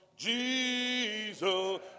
Jesus